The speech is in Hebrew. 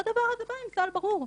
והדבר הזה בא עם כלל ברור.